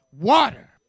water